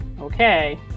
Okay